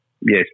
yes